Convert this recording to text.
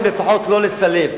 לפחות לא לסלף.